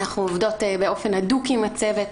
אנחנו עובדות באופן הדוק עם הצוות,